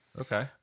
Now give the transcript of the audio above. okay